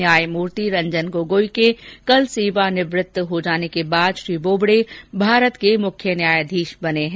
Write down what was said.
न्यायमूर्ति रंजन गोगोई के रविवार को सेवानिवृत्त हो जाने के बाद श्री बोबड़े भारत के मुख्य न्यायाधीश बने हैं